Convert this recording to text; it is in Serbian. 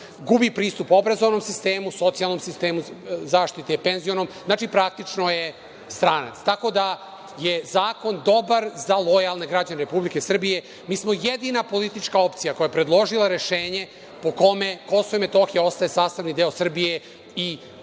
gubi pristup obrazovnom sistemu, socijalnom sistemu zaštite, penzionom, praktično je stranac. Tako da, zakon je dobar za lojalne građane Republike Srbije. Mi smo jedina politička opcija koja je predložila rešenje po kome Kosova i Metohija ostaje sastavni deo Srbije